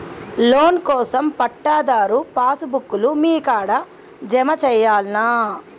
Loan కోసం పట్టాదారు passbook లు మీ కాడా జమ చేయల్నా?